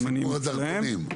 כמו בדרכונים.